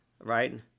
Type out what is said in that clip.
right